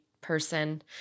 person